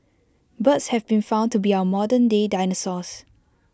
birds have been found to be our modernday dinosaurs